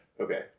Okay